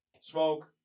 Smoke